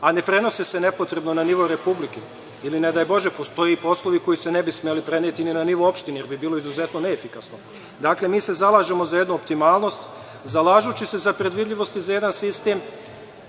a ne prenose se nepotrebno na nivo Republike ili, ne daj bože, postoje i poslovi koji se ne bi smeli preneti ni na nivo opštine, jer bi bilo izuzetno neefikasno, dakle, mi se zalažemo za jednu optimalnost, zalažući se za predvidivost i za jedan sistem.